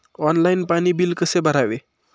Online पाणी bill कसे भरावे?